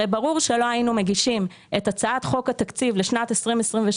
הרי ברור שלא היינו מגישים את הצעת חוק התקציב לשנת 2023,